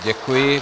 Děkuji.